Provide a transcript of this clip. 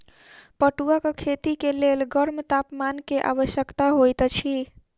पटुआक खेती के लेल गर्म तापमान के आवश्यकता होइत अछि